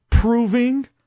proving